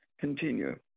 continue